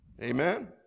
Amen